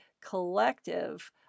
collective